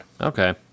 okay